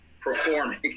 performing